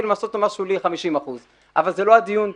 למסות אותו מס שולי 50%. אבל זה לא הדיון פה.